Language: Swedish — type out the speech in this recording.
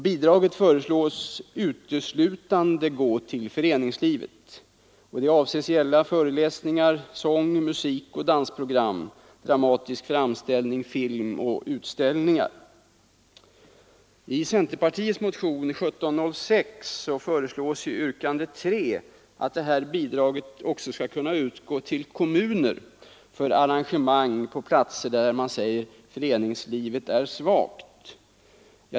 Bidraget föreslås uteslutande utgå till föreningslivet, och det avses gälla föreläsningar, sång-, musikoch dansprogram, dramatisk framställning, film och utställningar. I centerpartiets motion 1706 föreslås i yrkandet 3 att det här bidraget också skall kunna utgå till kommuner för arrangemang på platser där föreningslivet är svagt.